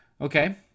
okay